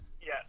Yes